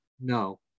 No